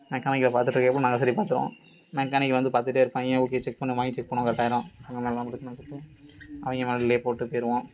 mechanical நாங்கள் சரி பார்த்துருவோம் மெக்கானிக் வந்து பார்த்துட்டே இருப்பாங்க ஓகே செக் பண்ண வாங்கி செக் பண்ணால் கட்டாயிரும் அவங்க மேலேலியே போட்டுப் போயிடுவோம்